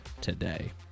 today